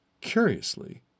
Curiously